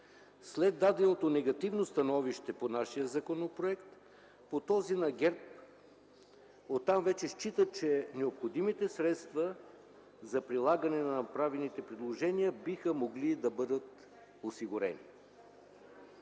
След даденото негативно становище по нашият законопроект, по този на ГЕРБ оттам вече считат, че необходимите средства за прилагане на направените предложения биха могли да бъдат осигурени,